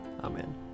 Amen